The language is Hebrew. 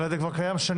הרי זה קיים כבר שנים.